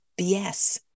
BS